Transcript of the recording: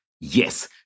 Yes